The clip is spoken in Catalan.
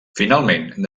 finalment